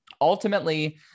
Ultimately